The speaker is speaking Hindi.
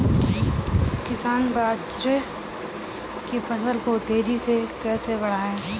किसान बाजरे की फसल को तेजी से कैसे बढ़ाएँ?